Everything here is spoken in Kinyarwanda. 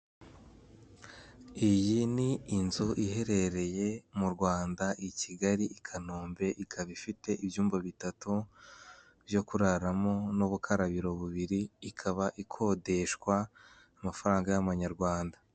Iyi ni inzu iherereye mu Rwanda i Kigali i Kanombe ikaba ifite ibyumba bitatu byo kuraramo n'ubukarabiro bubiri ikaba ikodeshwa amafaranga y'amanyarwanda.